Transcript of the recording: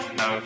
no